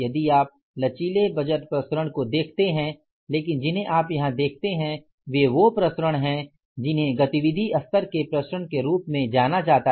यदि आप लचीले बजट प्रसरण को देखते हैं लेकिन जिन्हें आप यहाँ देखते हैं वे वो प्रसरण हैं जिन्हें गतिविधि स्तर के प्रसरण के रूप में जाना जाता है